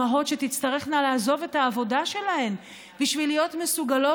שתצטרכנה לעזוב את העבודה שלהן בשביל להיות מסוגלות